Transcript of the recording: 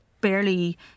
barely